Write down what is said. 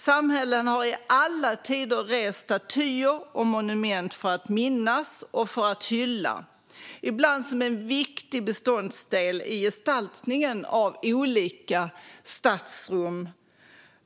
Samhällen har i alla tider rest statyer och monument för att minnas och hylla, ibland som en viktig beståndsdel i gestaltningen av olika stadsrum.